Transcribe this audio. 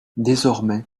désormais